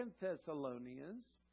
Thessalonians